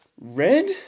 Red